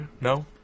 No